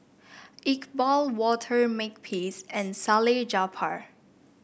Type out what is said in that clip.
Iqbal Walter Makepeace and Salleh Japar